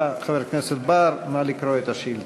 בבקשה, חבר הכנסת בר, נא לקרוא את השאילתה.